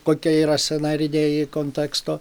kokie yra scenariniai konteksto